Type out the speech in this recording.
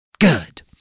Good